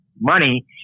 money